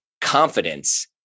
confidence